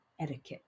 etiquette